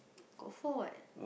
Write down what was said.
got four what